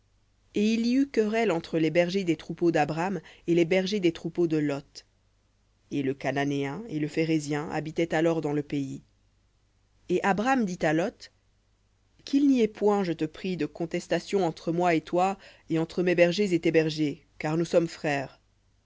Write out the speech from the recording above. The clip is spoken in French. et il y eut querelle entre les bergers des troupeaux d'abram et les bergers des troupeaux de lot et le cananéen et le phérézien habitaient alors dans le pays et abram dit à lot qu'il n'y ait point je te prie de contestation entre moi et toi et entre mes bergers et tes bergers car nous sommes frères